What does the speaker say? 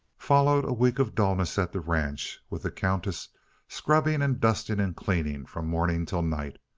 followed a week of dullness at the ranch, with the countess scrubbing and dusting and cleaning from morning till night.